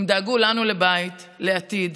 הם דאגו לנו לבית לעתיד.